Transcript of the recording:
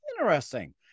interesting